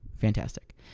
fantastic